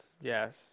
Yes